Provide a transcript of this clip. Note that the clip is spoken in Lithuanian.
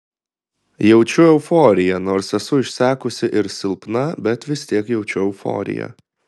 jaučiu euforiją nors esu išsekusi ir silpna bet vis tiek jaučiu euforiją